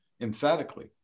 emphatically